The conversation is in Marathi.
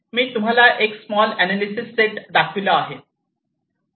मी तुम्हाला एक स्मॉल अनालिसेस सेट दाखविला आहे